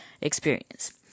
experience